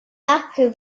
arc